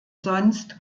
sonst